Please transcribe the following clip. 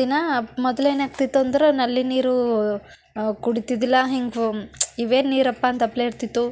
ದಿನ ಮೊದ್ಲೇನು ಆಗ್ತಿತ್ತಂದ್ರೆ ನಲ್ಲಿ ನೀರು ಕುಡಿತಿದ್ದಿಲ್ಲ ಹೀಗೆ ಇವೇನು ನೀರಪ್ಪ ಅಂತಪ್ಲೆ ಇರ್ತಿತ್ತು